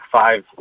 five